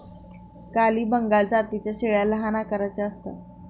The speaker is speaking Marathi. काली बंगाल जातीच्या शेळ्या लहान आकाराच्या असतात